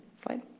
Slide